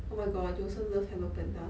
oh my god you also love hello panda